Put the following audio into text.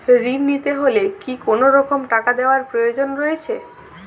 ঋণ নিতে হলে কি কোনরকম টাকা দেওয়ার প্রয়োজন রয়েছে?